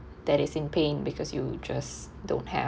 that is in pain because you just don't have